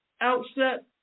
outset